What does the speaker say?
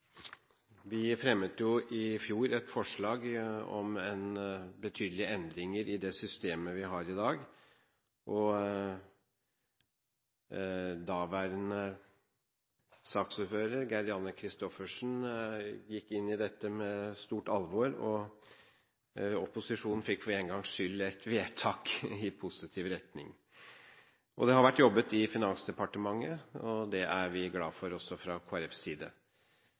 systemet vi har i dag. Daværende saksordfører, Gerd Janne Kristoffersen, gikk inn i dette med stort alvor, og opposisjonen fikk for en gangs skyld et vedtak i positiv retning. Det har vært jobbet i Finansdepartementet, og det er vi glad for også fra Kristelig Folkepartis side.